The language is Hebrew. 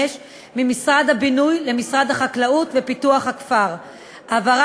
משר הבינוי לשר החקלאות ופיתוח הכפר,